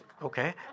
Okay